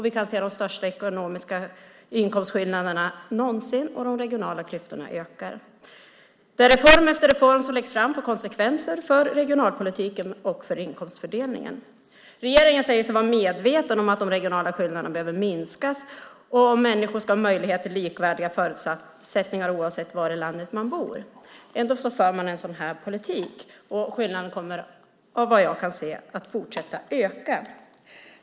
Vi kan se de största ekonomiska inkomstskillnaderna någonsin, och de regionala klyftorna ökar. Reform efter reform som läggs fram får konsekvenser för regionalpolitiken och för inkomstfördelningen. Regeringen säger sig vara medveten om att de regionala skillnaderna behöver minskas om människor ska ha möjlighet till likvärdiga förutsättningar oavsett var i landet de bor. Ändå för man en sådan här politik. Skillnaderna kommer av vad jag kan se att fortsätta att öka.